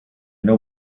know